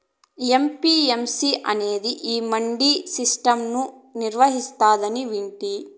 APMC అనేది ఈ mandi system ను నిర్వహిస్తాందని వింటి